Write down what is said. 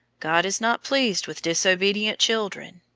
god is not pleased with disobedient children.